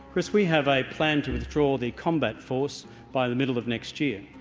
chris, we have a plan to withdraw the combat force by the middle of next year.